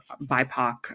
BIPOC